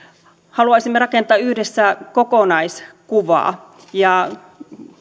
haluaisimme rakentaa yhdessä kokonaiskuvaa ja